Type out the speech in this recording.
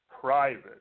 private